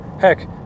Heck